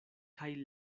kaj